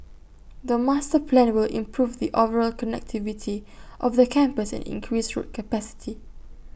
the master plan will improve the overall connectivity of the campus and increase road capacity